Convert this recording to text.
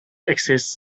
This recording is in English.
exists